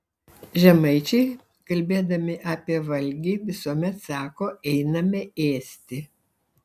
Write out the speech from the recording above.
žemaičiai kalbėdami apie valgį visuomet sako einame ėsti